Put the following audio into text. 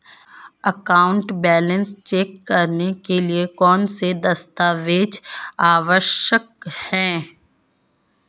Account balance check करने के लिए कौनसे दस्तावेज़ आवश्यक हैं?